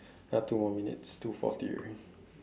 now two more minutes two forty already